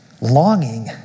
longing